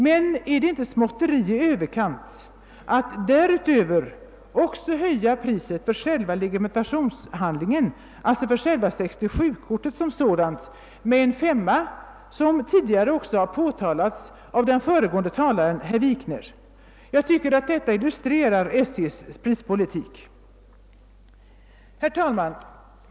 Men är det inte småtterier i överkant att därutöver också höja priset för själva legitimationshandlingen, alltså för själva 67-kortet som sådant, med en femma, vilket tidigare också har påtalats av den föregående talaren herr Wikner? Jag tycker att detta rätt väl illustrerar SJ:s prispolitik. Herr talman!